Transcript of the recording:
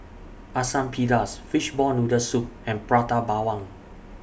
Asam Pedas Fishball Noodle Soup and Prata Bawang